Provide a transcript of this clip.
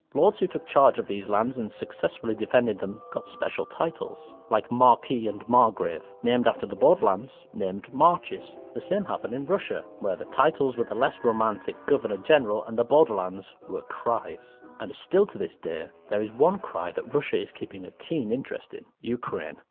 lords who took charge of these lands and successfully defended them got special titles, like marquis and margrave, named after the borderlands, called marches. the same happened in russia, where the titles were the less romantic governor general and the borderlands were krais. still to this day, there is one krai that russia is keeping a keen interest in ukraine.